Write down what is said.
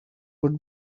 would